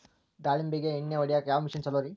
ದಾಳಿಂಬಿಗೆ ಎಣ್ಣಿ ಹೊಡಿಯಾಕ ಯಾವ ಮಿಷನ್ ಛಲೋರಿ?